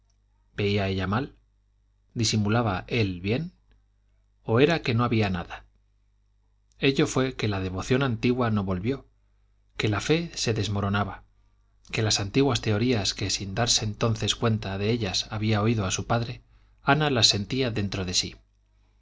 veía ella mal disimulaba él bien o era que no había nada ello fue que la devoción antigua no volvió que la fe se desmoronaba que las antiguas teorías que sin darse entonces cuenta de ellas había oído a su padre ana las sentía dentro de sí